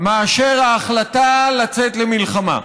מאשר ההחלטה לצאת למלחמה.